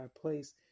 place